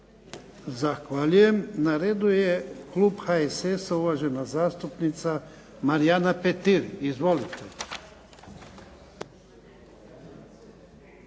Zahvaljujem. Na redu je Klub HSS-a uvažena zastupnica Marijana Petir. Izvolite.